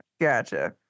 gotcha